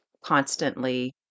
constantly